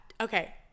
Okay